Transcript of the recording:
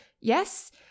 yes